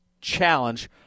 challenge